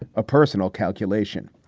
ah a personal calculation.